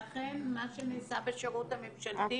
ואכן מה שנעשה בשירות הממשלתי,